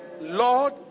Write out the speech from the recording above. Lord